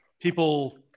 people